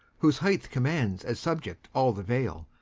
whose height commands as subject all the vale,